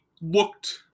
looked